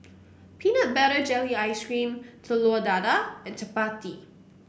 Peanut Butter Jelly Ice cream Telur Dadah and chappati